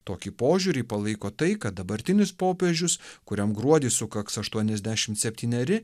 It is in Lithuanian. tokį požiūrį palaiko tai kad dabartinis popiežius kuriam gruodį sukaks aštuoniasdešim septyneri